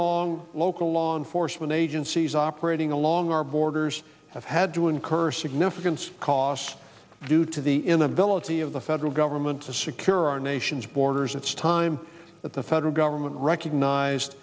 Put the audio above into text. long local law enforcement agencies operating along our borders have had to incur significance costs due to the inability of the federal government to secure our nation's borders it's time that the federal government recognized